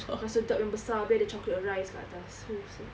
yang sedap yang besar abeh ada chocolate rice kat atas so sedap